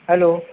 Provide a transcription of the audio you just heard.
hello